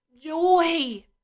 joy